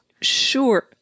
Sure